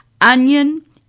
onion